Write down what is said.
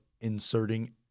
inserting